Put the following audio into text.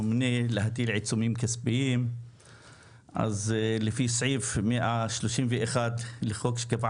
לממונה להטיל עיצומים כספיים אז לפי סעיף 131 לחוק שקבע